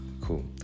Cool